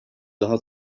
daha